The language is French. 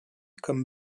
comme